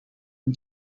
این